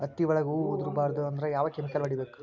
ಹತ್ತಿ ಒಳಗ ಹೂವು ಉದುರ್ ಬಾರದು ಅಂದ್ರ ಯಾವ ಕೆಮಿಕಲ್ ಹೊಡಿಬೇಕು?